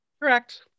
Correct